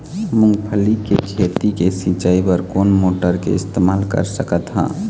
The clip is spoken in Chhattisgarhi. मूंगफली के खेती के सिचाई बर कोन मोटर के इस्तेमाल कर सकत ह?